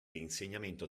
l’insegnamento